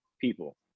people